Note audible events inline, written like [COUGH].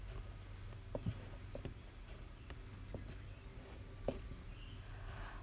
[BREATH]